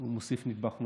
הוא מוסיף נדבך נוסף,